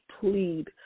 plead